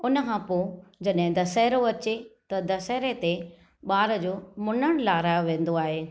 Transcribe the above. हुन खा पोइ जॾहिं दसहरो अचे त दसहरे ते ॿार जो मुंडन लाहिरायो वेंदो आहे ऐं